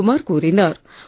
மோகன்குமார் கூறினார்